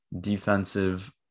defensive